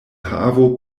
havo